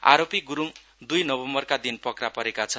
आरोपी गुरूङ दुई नोभम्वरका दिन पक्रा परेका छन्